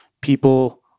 People